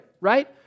right